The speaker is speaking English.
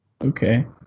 okay